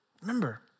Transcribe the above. Remember